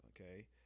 okay